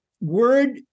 word